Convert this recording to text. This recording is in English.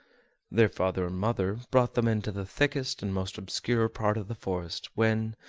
their father and mother brought them into the thickest and most obscure part of the forest, when,